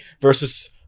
versus